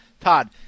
Todd